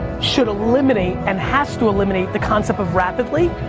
should eliminate, and has to eliminate the concept of rapidly,